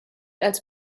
als